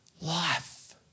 life